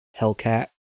Hellcat